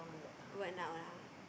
what now lah